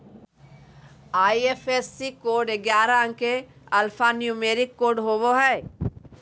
IFSC code ग्यारह अंक के एल्फान्यूमेरिक कोड होवो हय